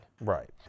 Right